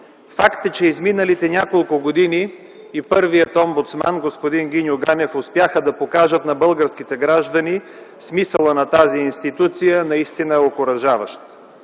Фактът, че изминалите няколко години и първият омбудсман господин Гиньо Ганев успяха да покажат на българските граждани смисъла на тази институция, наистина е окуражаващ.